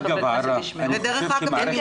דרך אגב,